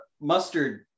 mustard